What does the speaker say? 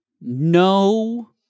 no